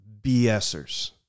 BSers